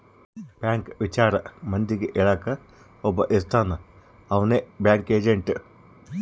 bank ವಿಚಾರ ಮಂದಿಗೆ ಹೇಳಕ್ ಒಬ್ಬ ಇರ್ತಾನ ಅವ್ನೆ ಬ್ಯಾಂಕ್ ಏಜೆಂಟ್